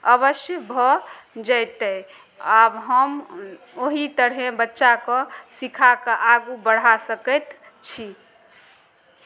अवश्य भऽ जयतै आब हम ओही तरहे बच्चाकेँ सिखा कऽ आगू बढ़ा सकैत छी